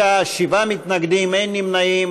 בעד, 46, שבעה מתנגדים, אין נמנעים.